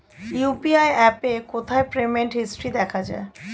UPI অ্যাপে কোথায় payment history দেখা যায়?